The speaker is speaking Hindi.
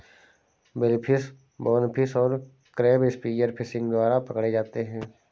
बिलफिश, बोनफिश और क्रैब स्पीयर फिशिंग द्वारा पकड़े जाते हैं